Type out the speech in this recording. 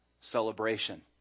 celebration